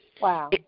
Wow